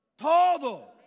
Todo